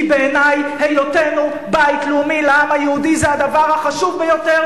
כי בעיני היותנו בית לאומי לעם היהודי זה הדבר החשוב ביותר.